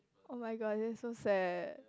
[oh]-my-god that's so sad